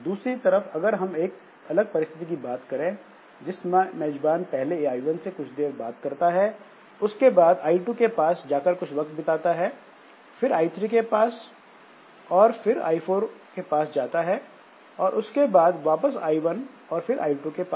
दूसरी तरफ अगर हम एक अलग परिस्थिति की बात करें जिसमें मेजबान पहले I1 से कुछ देर बाद करता है उसके बाद I2 के पास कुछ वक्त बिताता है फिर I3 के पास और फिर I4 और उसके बाद वापस I1 और फिर I2 के पास